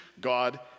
God